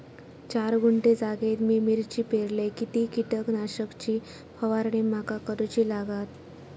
चार गुंठे जागेत मी मिरची पेरलय किती कीटक नाशक ची फवारणी माका करूची लागात?